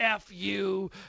FU